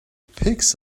picks